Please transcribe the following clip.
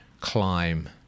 climb